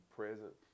present